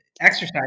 exercise